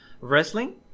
wrestling